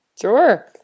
Sure